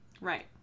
Right